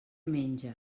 menja